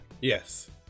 Yes